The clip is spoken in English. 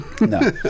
No